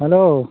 hello